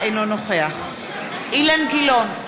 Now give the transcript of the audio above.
אינו נוכח אילן גילאון,